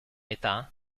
età